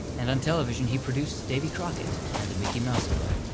and on television he produced davy crockett, and the mickey mouse club.